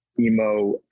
emo